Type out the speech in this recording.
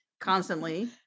constantly